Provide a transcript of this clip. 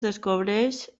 descobreix